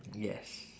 yes